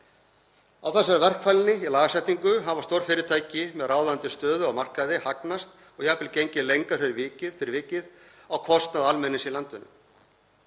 Á þessari verkfælni í lagasetningu hafa stórfyrirtæki með ráðandi stöðu á markaði hagnast og jafnvel gengið lengra fyrir vikið á kostnað almennings í landinu.